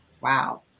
Wow